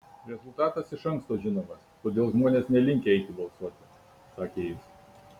rezultatas iš anksto žinomas todėl žmonės nelinkę eiti balsuoti sakė jis